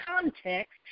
context